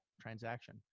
transaction